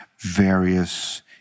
various